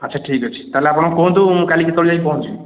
ଆଚ୍ଛା ଠିକ୍ ଅଛି ତା'ହେଲେ ଆପଣ କୁହନ୍ତୁ ମୁଁ କାଲି କେତେବେଳେ ଯାଇକି ପହଞ୍ଚିବି